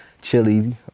Chili